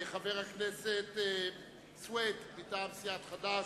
חבר הכנסת סוייד מטעם סיעת חד"ש,